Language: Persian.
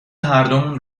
هردومون